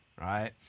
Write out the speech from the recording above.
right